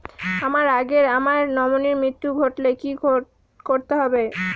আমার আগে আমার নমিনীর মৃত্যু ঘটলে কি করতে হবে?